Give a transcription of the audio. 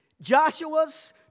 Joshua's